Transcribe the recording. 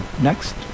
next